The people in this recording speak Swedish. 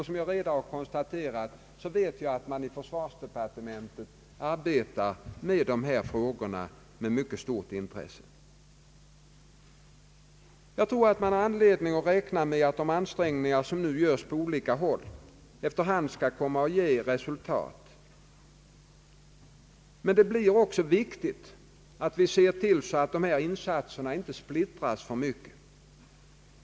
Som jag redan har konstaterat, pågår i försvarsdepartementet arbete med dessa frågor. Det finns anledning att räkna med att de ansträngningar som nu görs på olika håll efter hand skall komma att ge resultat. Men det blir också viktigt att se till att dessa insatser inte splittras alltför mycket.